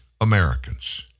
Americans